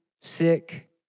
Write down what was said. sick